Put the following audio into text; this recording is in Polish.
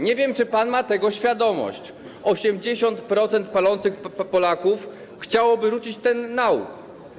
Nie wiem, czy pan ma tego świadomość, ale 80% palących Polaków chciałoby rzucić ten nałóg.